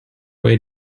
way